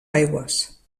aigües